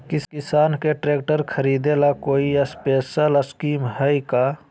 किसान के ट्रैक्टर खरीदे ला कोई स्पेशल स्कीमो हइ का?